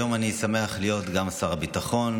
היום אני שמח להיות גם שר הביטחון,